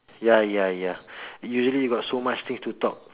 ya ya ya usually you got so much things to talk